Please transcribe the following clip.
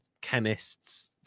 chemists